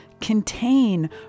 contain